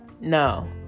No